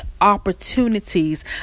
opportunities